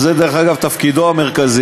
שזה דרך אגב תפקידו המרכזי,